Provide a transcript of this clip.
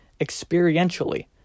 Experientially